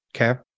Okay